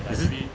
可是